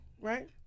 right